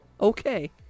Okay